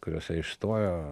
kuriuose išstojo